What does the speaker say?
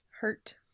hurt